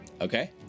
Okay